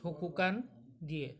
চকু কাণ দিয়ে